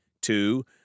Two